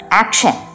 action